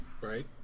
Right